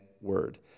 word